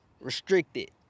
restricted